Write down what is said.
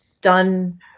done